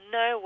no